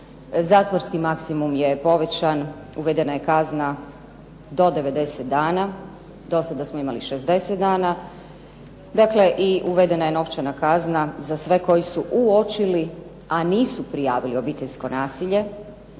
zatvorski maksimum je povećan, uvedena je kazna do 90 dana. Do sada smo imali 60 dana. Dakle i uvedena je novčana kazna za sve koji su uočili, a nisu prijavili obiteljsko nasilje.